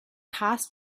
passed